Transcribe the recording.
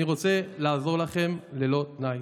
אני רוצה לעזור לכם ללא תנאי.